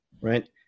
right